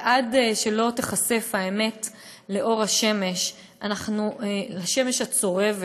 ועד שלא תיחשף האמת לאור השמש, לשמש הצורבת,